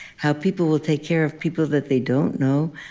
how people will take care of people that they don't know.